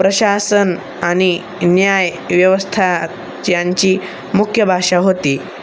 प्रशासन आणि न्याय व्यवस्थाच्यांची मुख्य भाषा होती